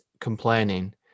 complaining